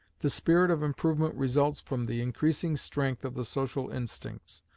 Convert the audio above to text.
the spirit of improvement results from the increasing strength of the social instincts,